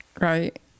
right